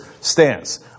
stance